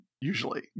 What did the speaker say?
Usually